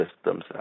systems